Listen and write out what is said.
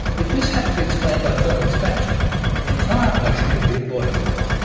if this had to be explained by thermal expansion, the entire ocean would be at boiling point.